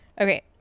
Okay